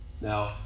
Now